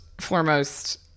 foremost